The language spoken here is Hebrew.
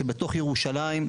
שבתוך ירושלים,